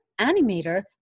animator